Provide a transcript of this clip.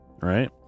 right